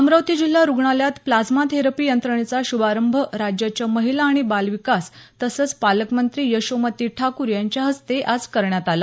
अमरावती जिल्हा रुग्णालयात plasma therapy यंत्रणेचा शुभारंभ राज्याच्या महिला आणि बालविकास तसंच पालकमंत्री यशोमती ठाकूर यांच्या हस्ते आज करण्यात आला